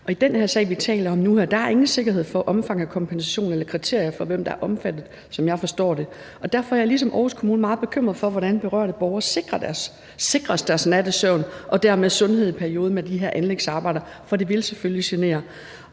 I den sag, som vi taler om nu her, er der ingen sikkerhed for omfanget af kompensation eller opstillet kriterier for, hvem der er omfattet, som jeg forstår det. Derfor er jeg ligesom Aarhus Kommune meget bekymret for, hvordan berørte borgere sikres deres nattesøvn og dermed sundhed i perioden med de her anlægsarbejder, for det vil selvfølgelig genere.